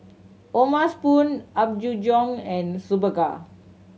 O'ma Spoon Apgujeong and Superga